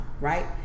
right